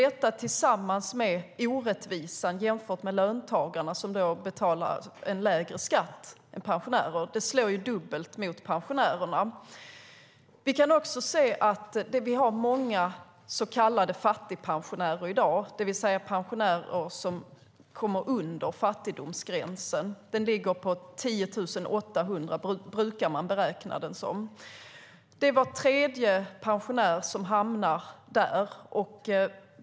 Detta tillsammans med orättvisan att löntagare betalar en lägre skatt än pensionärer slår ju dubbelt mot pensionärerna. Det finns också många så kallade fattigpensionärer i dag, det vill säga att deras pensioner ligger under fattigdomsgränsen. Man brukar beräkna att den ligger på 10 800 kronor. Var tredje pensionär hamnar där.